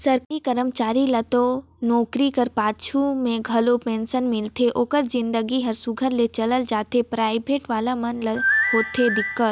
सरकारी करमचारी ल तो नउकरी कर पाछू में घलो पेंसन मिलथे ओकर जिनगी हर सुग्घर ले चइल जाथे पराइबेट वाले मन ल होथे दिक्कत